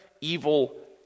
evil